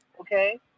Okay